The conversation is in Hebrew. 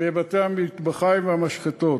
בבתי-המטבחיים והמשחטות,